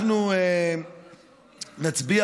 אנחנו נצביע